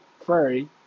furry